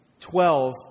twelve